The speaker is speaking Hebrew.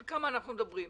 על כמה אנחנו מדברים.